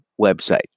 website